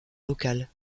local